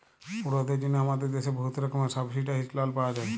পড়ুয়াদের জ্যনহে আমাদের দ্যাশে বহুত রকমের সাবসিডাইস্ড লল পাউয়া যায়